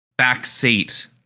backseat